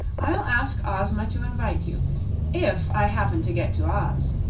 i'll ask ozma to invite you if i happen to get to oz.